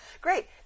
Great